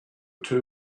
two